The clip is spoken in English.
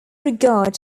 regard